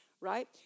right